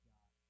God